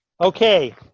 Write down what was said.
Okay